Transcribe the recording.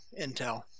Intel